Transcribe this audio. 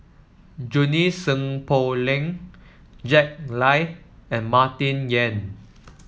Junie Sng Poh Leng Jack Lai and Martin Yan